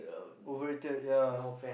overrated yep